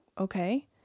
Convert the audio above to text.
okay